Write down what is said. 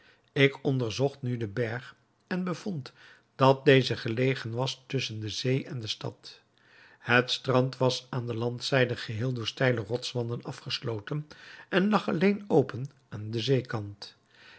ik onderzocht nu den berg en bevond dat deze gelegen was tusschen de zee en de stad het strand was aan de landzijde geheel door steile rotswanden afgesloten en lag alleen open aan den zeekant